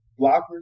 blockers